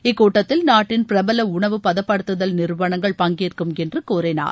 இக்கூட்டத்தில் நாட்டின் பிரபல உணவு பதப்படுத்துதல் நிறுவனங்கள் பங்கேற்கும் என்று கூறினார்